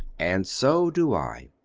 and so do i.